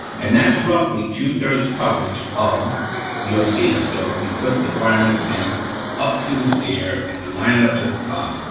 and that's roughly two three coverage of your sear. so if we put the firing pin up to the sear and we line it up to the top,